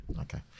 Okay